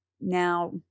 Now